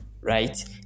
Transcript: right